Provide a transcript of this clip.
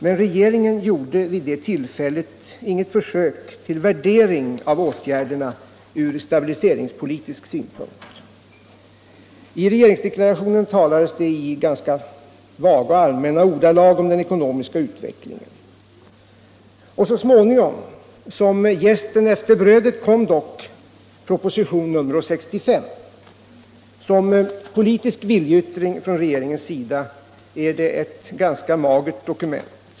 Men regeringen gjorde vid det tillfället inget försök till värdering av åtgärderna ur stabiliseringspolitisk synpunkt. I regeringsdeklarationen talades det i ganska vaga och allmänna ordalag om den ekonomiska utvecklingen, och så småningom — som jästen efter brödet = kom då proposition nr 65. Som politisk viljeyttring från regeringens sida är det ett ganska magert dokument.